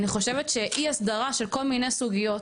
אני חושבת שאי-הסדרה של כל מיני סוגיות